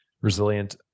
resilient